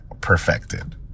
perfected